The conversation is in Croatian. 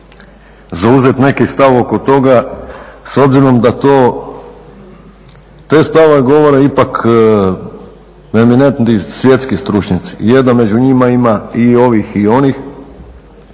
zauzeti neki stav oko toga s obzirom da to, te stavove govore ipak … svjetski stručnjaci, je da među njima ima i ovih i onih